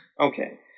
Okay